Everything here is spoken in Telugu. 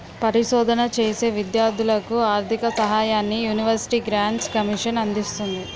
పరిశోధన చేసే విద్యార్ధులకు ఆర్ధిక సహాయాన్ని యూనివర్సిటీ గ్రాంట్స్ కమిషన్ అందిస్తుంది